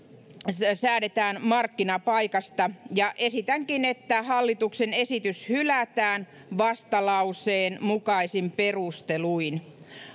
säädetään markkinapaikasta esitänkin että hallituksen esitys hylätään vastalauseen mukaisin perusteluin